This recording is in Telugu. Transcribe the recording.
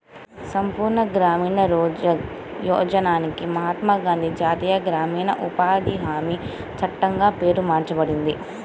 సంపూర్ణ గ్రామీణ రోజ్గార్ యోజనకి మహాత్మా గాంధీ జాతీయ గ్రామీణ ఉపాధి హామీ చట్టంగా పేరు మార్చబడింది